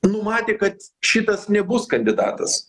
numatė kad šitas nebus kandidatas